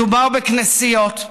מדובר בכנסיות,